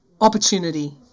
opportunity